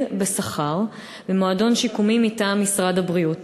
בשכר במועדון שיקומי מטעם משרד הבריאות.